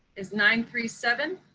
is nine three seven